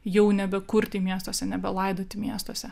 jau nebekurti miestuose nebelaidoti miestuose